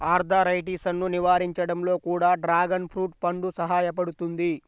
ఆర్థరైటిసన్ను నివారించడంలో కూడా డ్రాగన్ ఫ్రూట్ పండు సహాయపడుతుంది